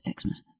Xmas